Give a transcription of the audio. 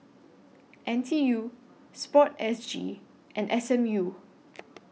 N T U Sport S G and S M U